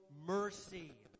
mercy